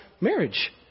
marriage